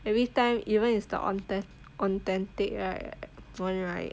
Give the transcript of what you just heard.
every time even if it's the authen~ authentic right [one] right